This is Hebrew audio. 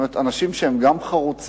כלומר, אנשים שהם גם חרוצים